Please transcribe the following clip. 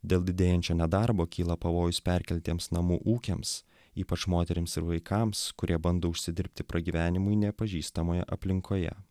dėl didėjančio nedarbo kyla pavojus perkeltiems namų ūkiams ypač moterims ir vaikams kurie bando užsidirbti pragyvenimui nepažįstamoje aplinkoje